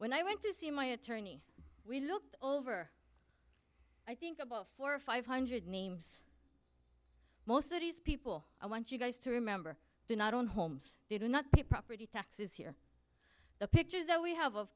when i went to see my attorney we looked over i think about four or five hundred names most of these people i want you guys to remember do not own homes they do not pay property taxes here the pictures that we have